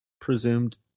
presumed